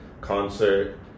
concert